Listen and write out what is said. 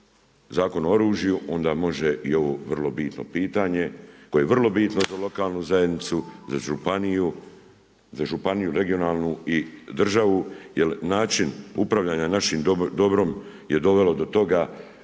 Zakon o oružju onda može i ovo vrlo bitno pitanje koje je vrlo bitno za lokalnu zajednicu, za županiju regionalnu i državu jer način upravljanja našim dobrom je dovelo do toga